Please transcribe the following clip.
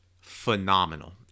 phenomenal